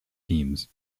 teams